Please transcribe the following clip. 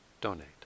donate